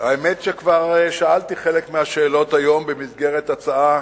האמת שכבר שאלתי חלק מהשאלות היום במסגרת הצעה